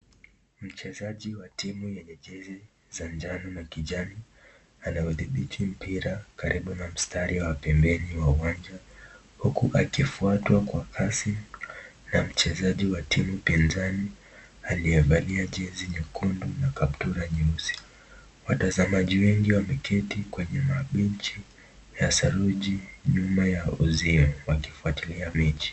Mchezaji wa timu yenye jezi za njano na kijani anaudhibiti mpira karibu na mstari wa pembeni wa uwanja huku akifuatwa kwa kasi na mchezaji wa timu pinzani aliyevaa jezi nyekundu na kaptura nyeusi. Watazamaji wengi wameketi kwa nyuma ya benchi ya saruji, nyuma ya uzio wakifuatilia mechi.